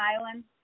island